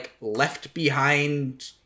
left-behind